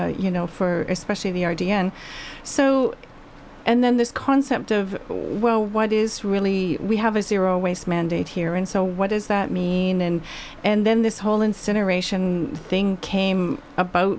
you know for especially the idea and so and then this concept of well what is really we have a zero waste mandate here and so what does that mean and and then this whole incineration thing came abo